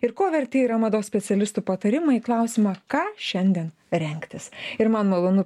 ir ko verti yra mados specialistų patarimai į klausimą ką šiandien rengtis ir man malonu